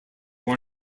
one